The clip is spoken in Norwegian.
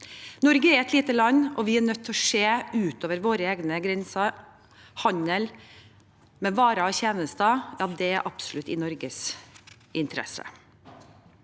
Norge er et lite land, og vi er nødt til å se utover våre egne grenser. Handel med varer og tjenester er absolutt i Norges interesse.